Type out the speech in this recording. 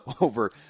over